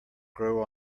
grow